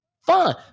Fine